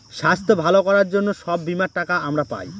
স্বাস্থ্য ভালো করার জন্য সব বীমার টাকা আমরা পায়